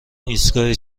ایستگاه